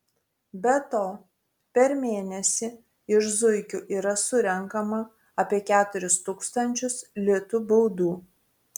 be to per mėnesį iš zuikių yra surenkama apie keturis tūkstančių litų baudų